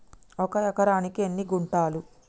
ఒక ఎకరానికి ఎన్ని గుంటలు?